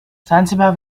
sansibar